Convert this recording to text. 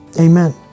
Amen